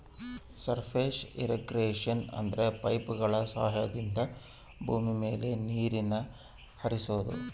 surface irrigation ಅಂದ್ರೆ ಪೈಪ್ಗಳ ಸಹಾಯದಿಂದ ಭೂಮಿ ಮೇಲೆ ನೀರ್ ಹರಿಸೋದು